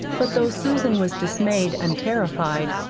but though susan was dismayed and terrified,